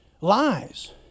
Lies